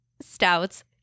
stouts